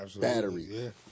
battery